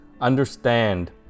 Understand